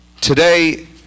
Today